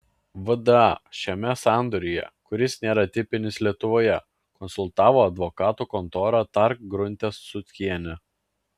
vda šiame sandoryje kuris nėra tipinis lietuvoje konsultavo advokatų kontora tark grunte sutkienė